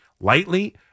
lightly